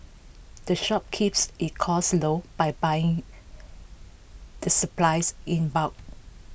the shop keeps its costs low by buying the supplies in bulk